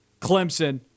Clemson